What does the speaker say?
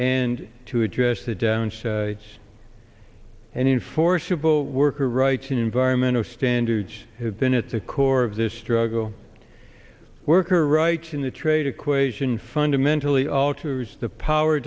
and to address the downside it's enforceable worker rights and environmental standards then at the core of this struggle worker rights in the trade equation fundamentally alters the power